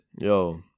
Yo